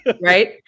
Right